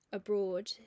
abroad